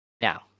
Now